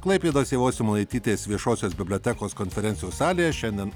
klaipėdos ievos simonaitytės viešosios bibliotekos konferencijų salėje šiandien